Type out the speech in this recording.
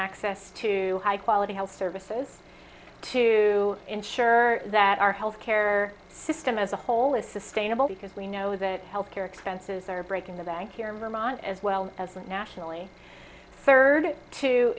access to high quality health services to ensure that our health care system as a whole is sustainable because we know that health care expenses are breaking the bank here in vermont as well as nationally third to